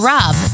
Rob